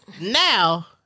now